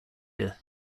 year